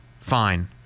fine